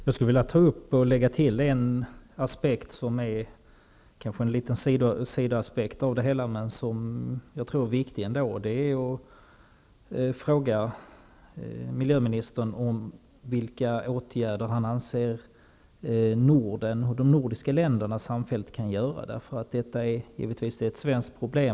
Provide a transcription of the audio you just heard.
Herr talman! Jag vill ta upp något som kanske är en liten sidoaspekt men som jag ändå tror är viktigt. Jag vill fråga miljöministern vilka åtgärder han anser att de nordiska länderna samfällt kan göra. Det gäller givetvis ett svenskt problem.